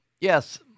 Yes